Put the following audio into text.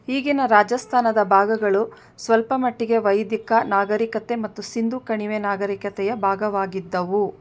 ಈಗಿನ ರಾಜಸ್ತಾನದ ಭಾಗಗಳು ಸ್ವಲ್ಪ ಮಟ್ಟಿಗೆ ವೈದಿಕ ನಾಗರಿಕತೆ ಮತ್ತು ಸಿಂಧೂ ಕಣಿವೆ ನಾಗರಿಕತೆಯ ಭಾಗವಾಗಿದ್ದವು